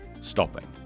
stopping